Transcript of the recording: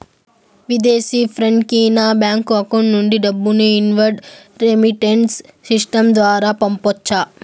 విదేశీ ఫ్రెండ్ కి నా బ్యాంకు అకౌంట్ నుండి డబ్బును ఇన్వార్డ్ రెమిట్టెన్స్ సిస్టం ద్వారా పంపొచ్చా?